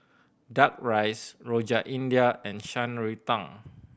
Duck Rice Rojak India and Shan Rui Tang